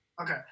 Okay